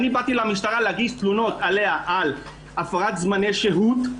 אני ניגשתי למשטרה להגיש תלונות עליה על הפרת זמני שהות.